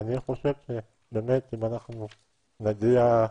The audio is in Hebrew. בכל אופן,